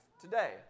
today